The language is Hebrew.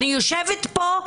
בסדר.